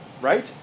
Right